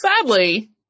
Sadly